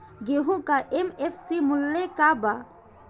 गेहू का एम.एफ.सी मूल्य का बा?